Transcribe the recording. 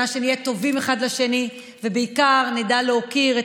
שנה שנהיה טובים אחד לשני ובעיקר נדע להוקיר את